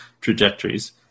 trajectories